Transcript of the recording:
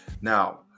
Now